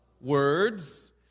words